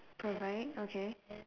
provide okay